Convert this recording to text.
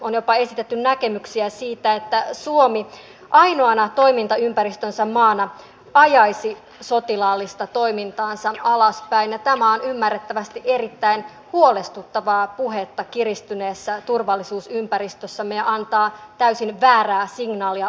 on jopa esitetty näkemyksiä siitä että suomi ainoana toimintaympäristönsä maana ajaisi sotilaallista toimintaansa alaspäin ja tämä on ymmärrettävästi erittäin huolestuttavaa puhetta kiristyneessä turvallisuusympäristössämme ja antaa täysin väärää signaalia ulospäin